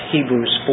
Hebrews